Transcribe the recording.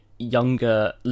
Younger